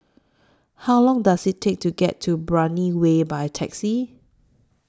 How Long Does IT Take to get to Brani Way By Taxi